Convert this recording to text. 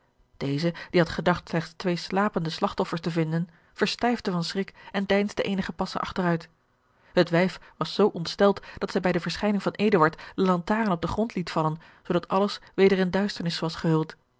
deze die had gedacht slechts twee slapende slagtoffers te vinden verstijfde van schrik en deinsde eenige passen achteruit het wijf was zoo ontsteld dat zij bij de verschijning van eduard de lantaarn op den grond liet vallen zoodat alles weder in duisternis was gehuld